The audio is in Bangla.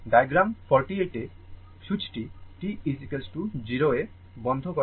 ডায়াগ্রাম 48 এ সুইচটি t 0 এ বন্ধ করা হয়েছে